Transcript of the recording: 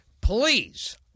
please